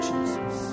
Jesus